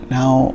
Now